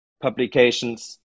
publications